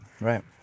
right